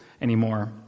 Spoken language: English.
anymore